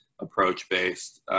approach-based